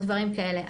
או דברים כאלה,